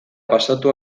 pasatu